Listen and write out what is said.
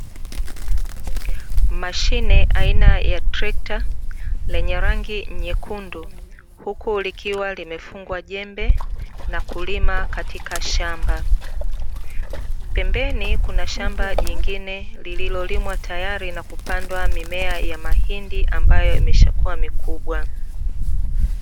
Mashine aina ya trekta lenye rangi nyekundu huku likiwa limefungwa jembe na kulima katika shamba. Pembeni kuna shamba jengine lililolimwa tayari na kupandwa mimea ya mahindi ambayo imeshakuwa mikubwa.